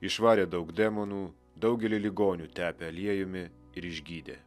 išvarė daug demonų daugelį ligonių tepė aliejumi ir išgydė